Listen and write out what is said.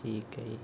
ਠੀਕ ਹੈ ਜੀ